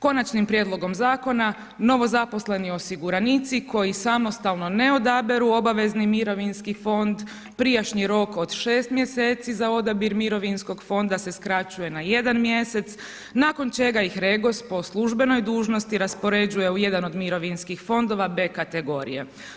Konačnim prijedlogom zakona novozaposleni osiguranici koji samostalno ne odaberu obavezni mirovinski fond, prijašnji rok od 6 mj. za odabir mirovinskog fonda se skraćuje na 1. mj. nakon čega ih REGOS po službenoj dužnosti raspoređuje u jedan od mirovinskih fondova B kategorije.